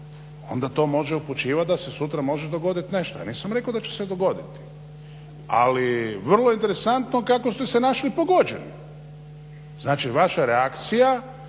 onda to može upućivat da se sutra može dogodit nešto. Ja nisam rekao da će se dogoditi. Ali vrlo je interesantno kako ste se našli pogođeni. Znači, vaša reakcija